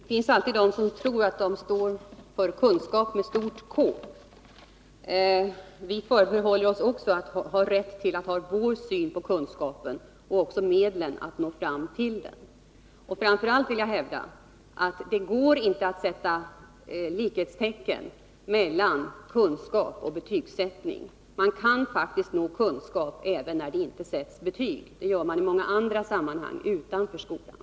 Fru talman! Det finns alltid de som tror att de står för kunskap med stort K. Vi förbehåller oss också rätten att ha vår syn på kunskapen och medlen att nå fram till den. Framför allt vill jag hävda att det inte går att sätta likhetstecken mellan kunskap och betygsättning. Man kan faktiskt nå kunskap även när det inte sätts betyg — det gör man i många andra sammanhang utanför skolan.